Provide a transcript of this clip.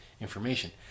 information